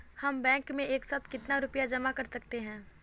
हम बैंक में एक साथ कितना रुपया जमा कर सकते हैं?